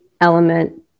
element